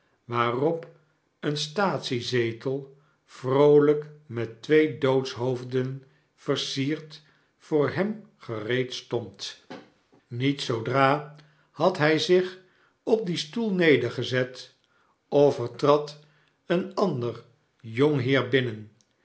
waarop een staatsiezetel vroolijk met twee doodshoofden versierd voor hem gereedstond niet zoodra had hij zich op dien stoel nedergezet of er trad een ander jong heer